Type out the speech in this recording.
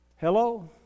Hello